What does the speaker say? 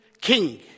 king